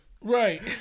right